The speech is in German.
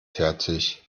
fertig